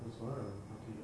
it's correct ah okay